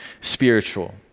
spiritual